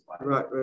Right